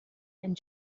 and